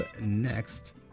next